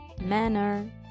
manner